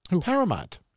Paramount